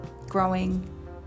growing